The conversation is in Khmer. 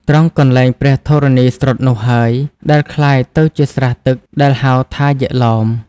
ត្រង់កន្លែងព្រះធរណីស្រុតនោះហើយ ដែលក្លាយទៅជាស្រះទឹក ដែលហៅថាយក្ខឡោម។